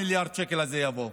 מיליארד השקלים האלה יבואו?